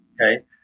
Okay